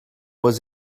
was